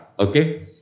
Okay